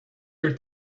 your